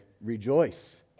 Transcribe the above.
rejoice